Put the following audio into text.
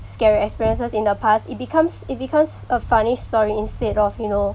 scary experiences in the past it becomes it becomes a funny story instead of you know